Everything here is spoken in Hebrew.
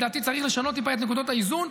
לדעתי צריך לשנות טיפה את נקודות האיזון,